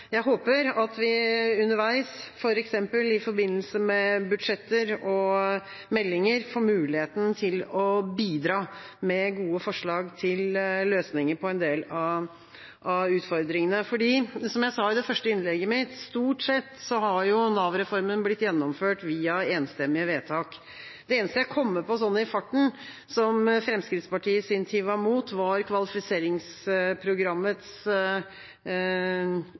vi underveis, f.eks. i forbindelse med budsjetter og meldinger, får muligheten til å bidra med gode forslag til løsninger på en del av utfordringene. Som jeg sa i det første innlegget mitt, har jo Nav-reformen stort sett blitt gjennomført via enstemmige vedtak. Det eneste jeg kommer på sånn i farten som Fremskrittspartiet i sin tid var imot, var kvalifiseringsprogrammets